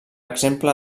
exemple